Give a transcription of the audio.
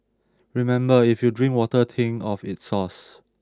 remember if you drink water think of its source